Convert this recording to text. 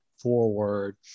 forward